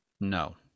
no